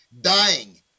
dying